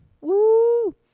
Woo